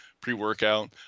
pre-workout